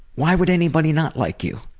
why would anybody not like you?